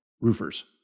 roofers